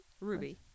Ruby